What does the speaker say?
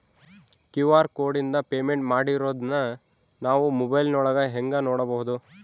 QR ಕೋಡಿಂದ payment ಮಾಡಿರೋದನ್ನ ನಾವು ಮೊಬೈಲಿನೊಳಗ ಹೆಂಗ ನೋಡಬಹುದು?